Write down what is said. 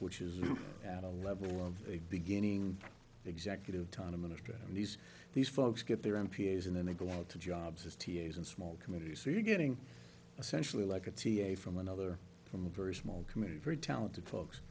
which is at a level of beginning executive time to minister and these these folks get their m p s and then they go out to jobs as t a s and small communities so you're getting essentially like a t a from another from a very small community very talented folks